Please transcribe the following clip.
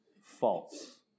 false